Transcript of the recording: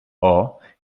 molt